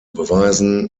beweisen